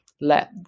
let